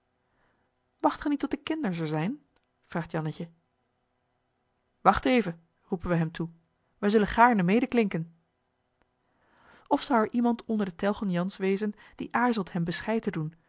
ge niet tot de kinders er zijn vraagt jannetje wacht even roepen wij hem toe wij zullen gaarne medeklinken of zou er iemand onder de telgen jan's wezen die aarzelt hem bescheid te doen